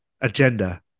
agenda